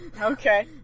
Okay